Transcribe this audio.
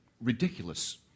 ridiculous